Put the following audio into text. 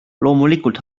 loomulikult